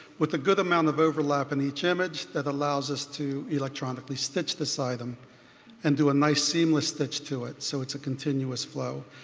with a good amount of overlap in each image that allows us to electronically stitch beside them and do a nice seamless stitch to it. so it's a continuous flow.